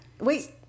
wait